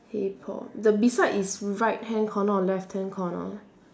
hey paul the beside is right hand corner or left hand corner